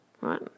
right